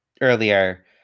earlier